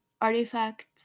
Artifact